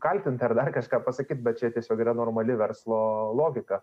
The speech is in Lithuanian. kaltint ar dar kažką pasakyt bet čia tiesiog yra normali verslo logika